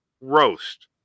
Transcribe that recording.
roast